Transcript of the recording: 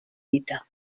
dita